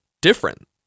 different